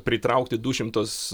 pritraukti du šimtus